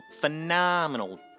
phenomenal